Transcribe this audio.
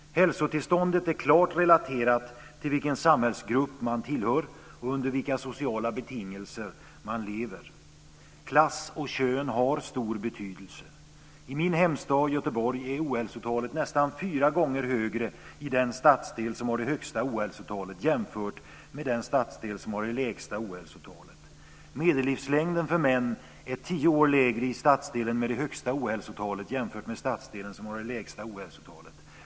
Hälsotillståndet är klart relaterat till vilken samhällsgrupp man tillhör och under vilka sociala betingelser man lever. Klass och kön har stor betydelse. I min hemstad Göteborg är ohälsotalet nästan fyra gånger högre i den stadsdel som har det högsta ohälsotalet jämfört med den stadsdel som har det lägsta ohälsotalet. Medellivslängden för män är tio år lägre i stadsdelen med det högsta ohälsotalet jämfört med stadsdelen som har det lägsta ohälsotalet.